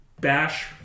bash